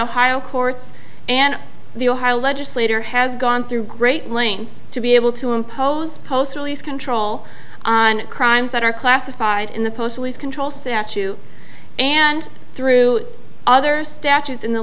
ohio courts and the ohio legislator has gone through great lengths to be able to impose post release control on crimes that are classified in the post always control statute and through other statutes in the